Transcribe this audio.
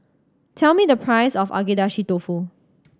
tell me the price of Agedashi Dofu